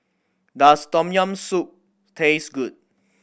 does Tom Yam Soup taste good